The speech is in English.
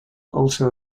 also